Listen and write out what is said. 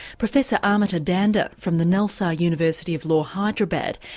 professor amita dhanda from the nalsar university of law, hyderabad,